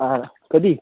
ह कधी